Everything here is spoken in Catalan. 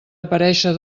aparèixer